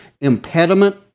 impediment